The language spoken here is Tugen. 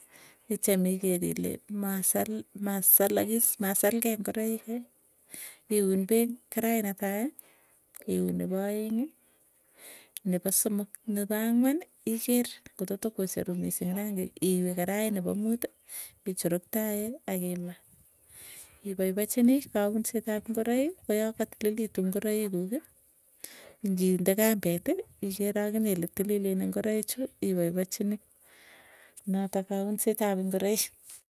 Itiem iger ile masal- masalagis masalgei ngoroik kuuk, iun peek ing karait netai, iun nepoo aeng'ii nepo somok nepo angwani iger ngototokocheru misiing rangik iwee karait nepo muuti, ichuruktaen akima. Ipoipachinii kaunset ap ingoroik, koyo katililitu ngoroiik kuuk nginde kambeti igere aginye ile tililen ngoroik chuu ipoipachinii, notok kaunset ap ingoroik.